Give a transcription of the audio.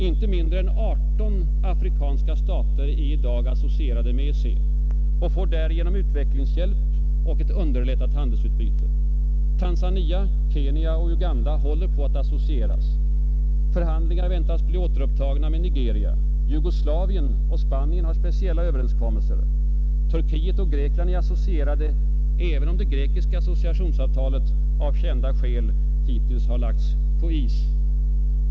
Inte mindre än 18 afrikanska stater är i dag associerade med EEC och får därigenom utvecklingshjälp och ett underlättat handelsutbyte. Tanzania, Kenya och Uganda håller på att associeras. Förhandlingar väntas bli återupptagna med Nigeria. Jugoslavien och Spanien har speciella överenskommelser. Turkiet och Grekland är associerade, även om det grekiska associationsavtalet av kända skäl tills vidare har lagts på is.